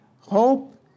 Hope